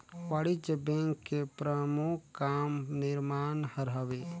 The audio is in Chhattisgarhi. वाणिज्य बेंक के परमुख काम निरमान हर हवे